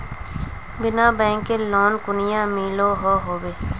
बिना बैंकेर लोन कुनियाँ मिलोहो होबे?